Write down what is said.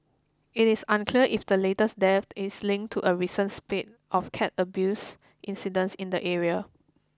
it is unclear if the latest death is linked to a recent spate of cat abuse incidents in the area